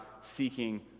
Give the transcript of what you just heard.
seeking